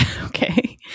Okay